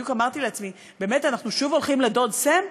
בדיוק אמרתי לעצמי: אנחנו שוב הולכים לדוד סם?